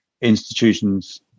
institutions